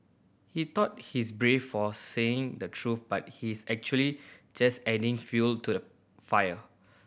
he thought he's brave for saying the truth but he's actually just adding fuel to the fire